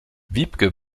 wiebke